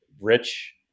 rich